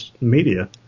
media